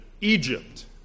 Egypt